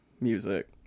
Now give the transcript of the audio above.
music